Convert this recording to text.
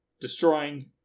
destroying